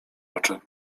oczy